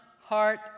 heart